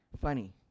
Funny